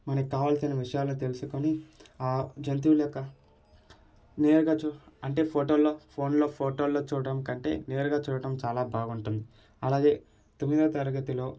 మనకి కావాల్సిన విషయాలను తెలుసుకొని ఆ జంతువుల యొక్క క్లియర్గా చూ అంటే ఫొటోలో ఫోన్లో ఫొటోలో చూడడం కంటే నేరుగా చూడడం చాలా బాగుంటుంది అలాగే తొమ్మిదో తరగతిలో